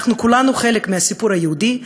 כולנו חלק מהסיפור היהודי,